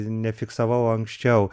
nefiksavau anksčiau